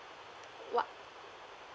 what